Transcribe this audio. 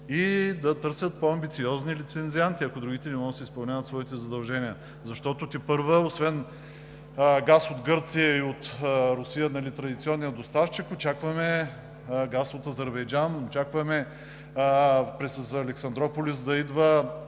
да търсят по-амбициозни лицензианти, ако други не могат да си изпълняват своите задължения. Защото тепърва освен газ от Гърция и от Русия – традиционният доставчик, очакваме газ от Азербайджан, очакваме през Александруполис да идва